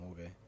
okay